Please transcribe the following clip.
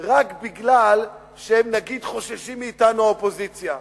רק מפני שהם, נגיד, חוששים מאתנו, האופוזיציה.